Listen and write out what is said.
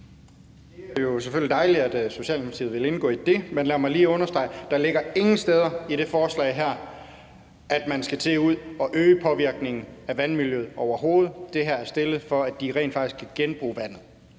Det er selvfølgelig dejligt, at Socialdemokratiet vil indgå i det arbejde, men lad mig lige understrege, at der ingen steder i det her forslag ligger, at man skal øge påvirkningen af vandmiljøet, overhovedet. Det her forslag er fremsat, for at de rent faktisk kan genbruge vandet